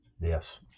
Yes